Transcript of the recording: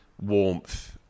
warmth